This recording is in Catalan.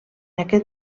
aquest